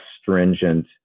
stringent